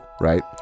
right